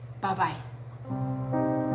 Bye-bye